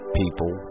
people